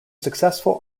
successful